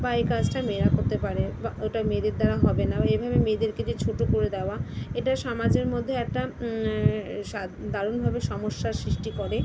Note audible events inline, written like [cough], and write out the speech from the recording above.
বা এই কাজটা মেয়েরা করতে পারে বা এটা মেয়েদের দ্বারা হবে না এভাবে মেয়েদেরকে যে ছোট করে দেওয়া এটা সমাজের মধ্যে একটা [unintelligible] দারুণভাবে সমস্যার সৃষ্টি করে